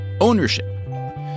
ownership